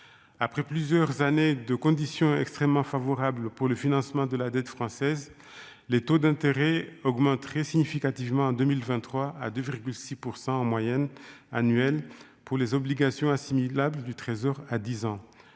après plusieurs années de conditions extrêmement favorables pour le financement de la dette française, les taux d'intérêt augmenteraient significativement en 2023 à 2,6 % en moyenne annuelle pour les obligations assimilables du Trésor à 10 ans,